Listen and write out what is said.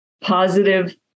positive